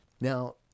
Now